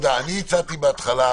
אני הצעתי בהתחלה